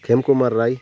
Khemkumar Rai